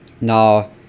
Now